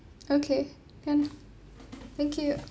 okay can thank you